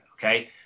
Okay